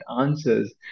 answers